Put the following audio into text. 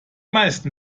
meisten